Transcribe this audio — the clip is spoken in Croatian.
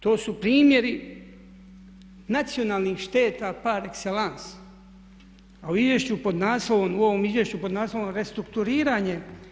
To su primjeri nacionalnih šteta, par ekcellence a u izvješću pod naslovom, u ovom izvješću pod naslovom restrukturiranje.